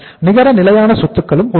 நிகர நிலையான சொத்துக்களும் உள்ளன